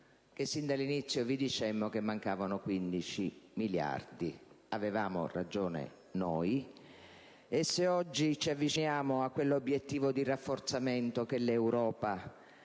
che sin dall'inizio vi dicemmo che mancavano 15 miliardi. Avevamo ragione noi. E se oggi ci avviciniamo a quell'obiettivo di rafforzamento della